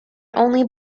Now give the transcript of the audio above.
only